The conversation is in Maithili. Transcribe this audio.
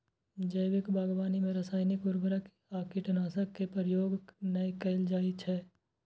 जैविक बागवानी मे रासायनिक उर्वरक आ कीटनाशक के प्रयोग नै कैल जाइ छै